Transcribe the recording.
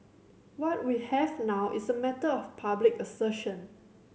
what we have now is a matter of public assertion